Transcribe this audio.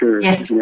Yes